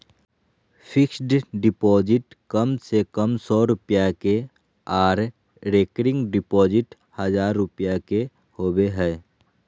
fixed deposit कम से कम सौ रुपया के आर रेकरिंग डिपॉजिट हजार रुपया के होबय हय